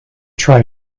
try